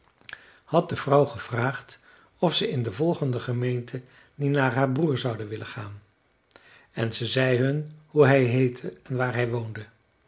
had de vrouw gevraagd of ze in de volgende gemeente niet naar haar broer zouden willen gaan en ze zei hun hoe hij heette en waar hij woonde